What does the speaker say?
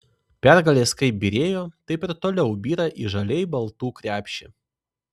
pergalės kaip byrėjo taip ir toliau byra į žaliai baltų krepšį